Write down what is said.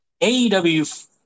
AEW